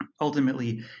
Ultimately